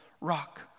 rock